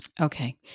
Okay